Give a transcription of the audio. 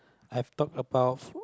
I've talked about